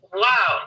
wow